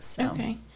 Okay